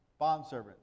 bondservants